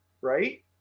right